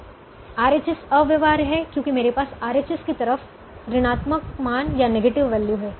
RHS अव्यवहार्य हैं क्योंकि मेरे पास RHS की तरफ ऋणात्मक मान नेगेटिव वैल्यू है